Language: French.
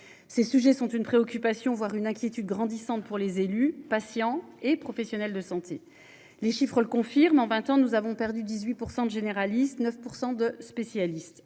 Ces sujets sont une préoccupation voire une inquiétude grandissante pour les élus patients et professionnels de santé, les chiffres le confirment, en 20 ans, nous avons perdu 18% de généralistes 9% de spécialistes